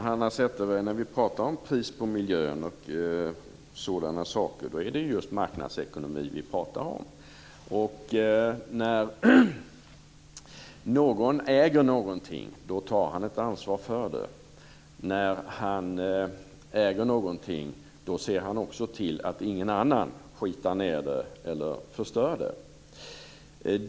Herr talman! När vi talar om pris på miljön och sådana saker, Hanna Zetterberg, är det just marknadsekonomi vi pratar om. När någon äger någonting tar han ansvar för det. När han äger någonting ser han också till att ingen annan skitar ned eller förstör det.